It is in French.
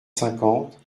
cinquante